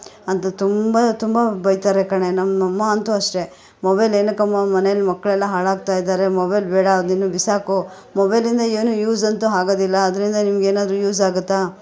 ಅಂತ ತುಂಬ ತುಂಬ ಬೈತಾರೆ ಕಣೆ ನಮ್ಮಅಮ್ಮ ಅಂತು ಅಷ್ಟೇ ಮೊಬೈಲ್ ಏನಕ್ಕಮ್ಮ ಮನೆಯಲ್ ಮಕ್ಕಳೆಲ್ಲಾ ಹಾಳಾಗ್ತಾಯಿದ್ದಾರೆ ಮೊಬೈಲ್ ಬೇಡ ಅದನ್ನು ಬಿಸಾಕು ಮೊಬೈಲಿಂದ ಏನು ಯೂಸ್ ಅಂತು ಆಗೊದಿಲ್ಲ ಅದ್ರಿಂದ ನಿಮಗೇನಾದ್ರು ಯೂಸ್ ಆಗುತ್ತಾ